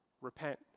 repent